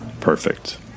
Perfect